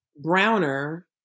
browner